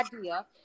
idea